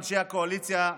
אנשי הקואליציה,